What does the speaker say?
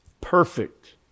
perfect